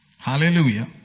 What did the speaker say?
Hallelujah